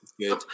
Good